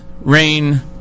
rain